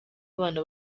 abana